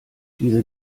diese